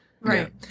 Right